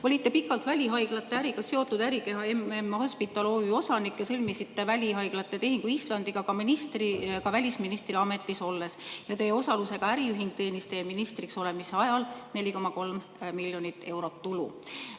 Olite pikalt välihaiglate äriga seotud ärikeha MM Hospital OÜ osanik ja sõlmisite välihaiglate tehingu Islandiga ka välisministri ametis olles. Ja teie osalusega äriühing teenis teie ministriks olemise ajal 4,3 miljonit eurot tulu.